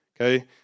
Okay